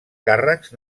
càrrecs